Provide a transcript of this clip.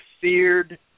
feared